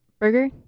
Burger